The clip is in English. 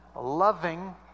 loving